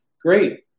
great